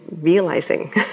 realizing